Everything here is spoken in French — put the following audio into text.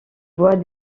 bois